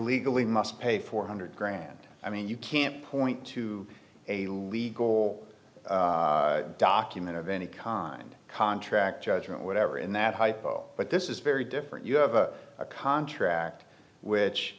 legally must pay four hundred grand i mean you can't point to a legal document of any kind contract judgment whatever in that hypo but this is very different you have a contract which